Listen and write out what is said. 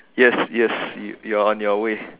yes yes you you are on your way